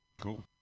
Cool